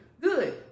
good